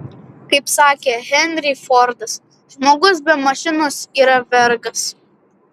kaip sakė henry fordas žmogus be mašinos yra vergas